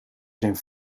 zijn